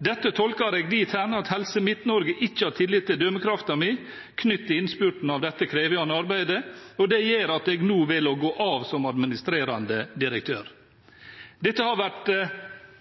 Dette tolkar eg dithen at Helse Midt-Norge ikkje har tillit til dømekrafta mi knytt til innspurten av dette krevjande arbeidet, og det gjer at eg no vel å gå av som administrerande direktør.» Dette har vært